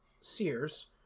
sears